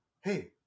hey